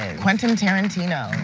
quentin tarantino,